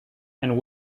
and